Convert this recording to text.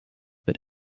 but